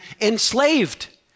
enslaved